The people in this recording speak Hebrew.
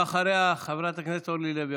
אחריה, חברת הכנסת אורלי לוי